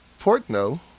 Portno